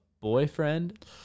boyfriend